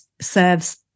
serves